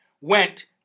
went